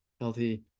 healthy